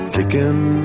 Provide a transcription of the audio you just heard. Kicking